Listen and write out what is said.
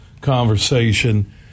conversation